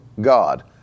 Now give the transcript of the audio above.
God